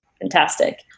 Fantastic